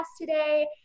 today